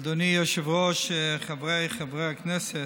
אדוני היושב-ראש, חבריי חברי הכנסת,